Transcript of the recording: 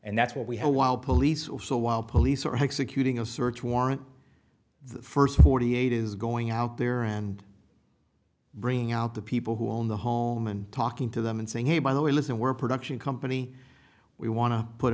and that's what we have while police also while police are executing a search warrant the first forty eight is going out there and bringing out the people who own the home and talking to them and saying hey by the way listen we're production company we wan